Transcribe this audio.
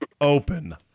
Open